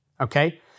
okay